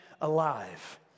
alive